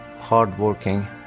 hardworking